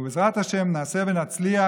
ובעזרת השם נעשה ונצליח,